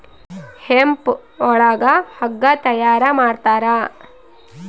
hemp ಒಳಗ ಹಗ್ಗ ತಯಾರ ಮಾಡ್ತಾರ